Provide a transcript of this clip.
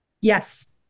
Yes